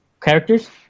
characters